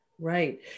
Right